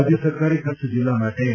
રાજ્ય સરકારે કચ્છ જિલ્લા માટે એન